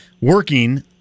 working